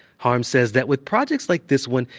harms says that with projects like this one,